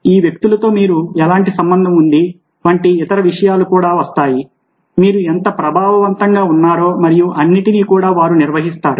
ఈ వ్యక్తులతో మీకు ఎలాంటి సంబంధం ఉంది వంటి ఇతర విషయాలు కూడా వస్తాయి మీరు ఎంత ప్రభావవంతంగా ఉన్నారో మరియు అన్నింటినీ కూడా వారు నిర్ణయిస్తారు